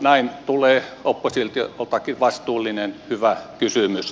näin tulee oppositioltakin vastuullinen hyvä kysymys